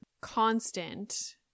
constant